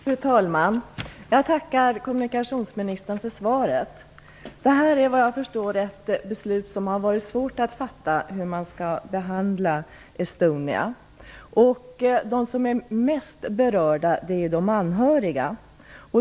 Fru talman! Jag tackar kommunikationsministern för svaret. Såvitt jag förstår har det varit svårt att fatta beslut om hur man skall behandla Estonia. De som är mest berörda är de anhöriga.